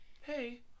hey